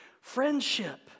friendship